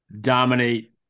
dominate